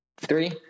Three